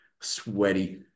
sweaty